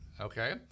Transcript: okay